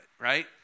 right